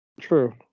True